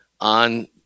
on